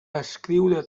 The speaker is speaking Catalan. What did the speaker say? escriure